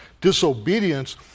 disobedience